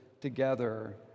together